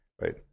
Right